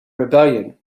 rebellion